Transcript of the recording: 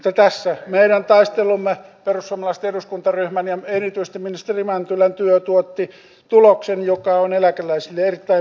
tässä meidän taistelumme perussuomalaisten eduskuntaryhmän ja erityisesti ministeri mäntylän työ tuotti tuloksen joka on eläkeläisille erittäin positiivinen